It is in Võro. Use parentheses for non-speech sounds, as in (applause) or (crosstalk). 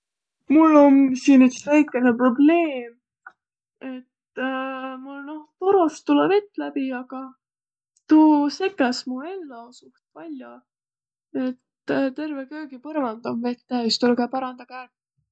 Mul om siin üts väikene probleem. Et (hesitation) mul noh torost tulõ vett läbi, agaq tuu sekäs mu ello suht pall'o. Et (hesitation) terve köögipõrmand om vett täüs', tulgõq parandagõq ärq.